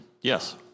Yes